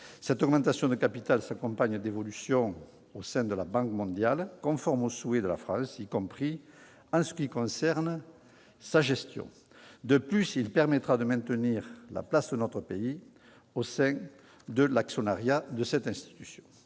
Cette augmentation de capital s'accompagne d'évolutions au sein de la Banque mondiale conformes aux souhaits de la France, y compris en ce qui concerne sa gestion. De plus, cela permettra de maintenir la place de notre pays au sein de l'actionnariat de cette institution.